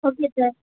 okay sir